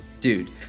Dude